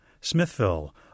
Smithville